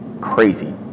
crazy